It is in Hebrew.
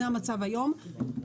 זה המצב היום.